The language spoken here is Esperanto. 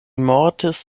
mortis